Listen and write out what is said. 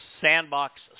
sandbox